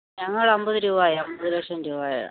ഞങ്ങൾ അൻപത് രൂപയാണ് അൻപത് ലക്ഷം രൂപായാണ്